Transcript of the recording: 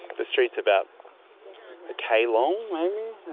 the streets about a k long. yeah,